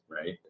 right